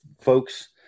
folks